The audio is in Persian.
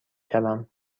شوم